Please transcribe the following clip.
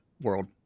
world